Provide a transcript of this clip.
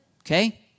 Okay